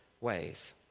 ways